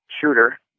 shooter